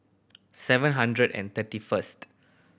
seven hundred and thirty first